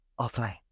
offline